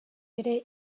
ere